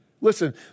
listen